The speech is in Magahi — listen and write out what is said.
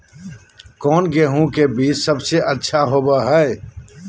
कौन गेंहू के बीज सबेसे अच्छा होबो हाय?